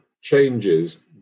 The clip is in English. changes